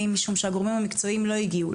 משום שהגורמים המקצועיים לא הגיעו.